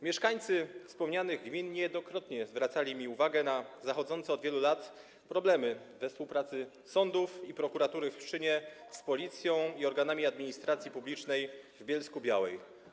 Mieszkańcy wspomnianych gmin niejednokrotnie zwracali mi uwagę na występujące od wielu lat problemy we współpracy sądów i prokuratury w Pszczynie z Policją i organami administracji publicznej w Bielsku-Białej.